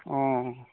ᱳ